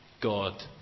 God